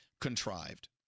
contrived